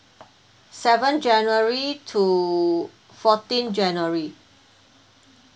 seven january to fourteen january